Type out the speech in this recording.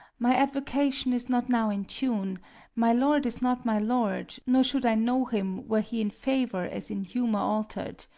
my advocation is not now in tune my lord is not my lord nor should i know him were he in favour as in humour alter'd.